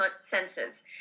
senses